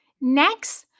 Next